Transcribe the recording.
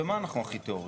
במה אנחנו הכי טובים?